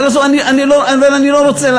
עזוב, אבל אני לא רוצה.